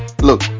look